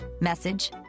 message